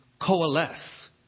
coalesce